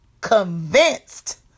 convinced